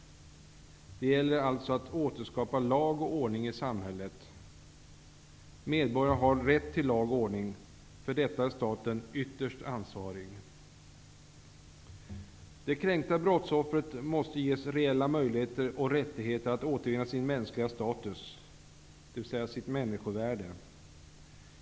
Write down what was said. Det gäller alltså att återskapa lag och ordning i samhället. Medborgarna har rätt till lag och ordning. För detta är staten ytterst ansvarig. Det kränkta brottsoffret måste ges reella möjligheter och rättighet att återvinna sin mänskliga status, dvs. sitt människovärde.